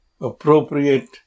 appropriate